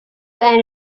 and